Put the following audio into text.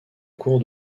cour